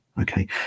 Okay